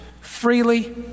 freely